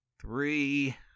Three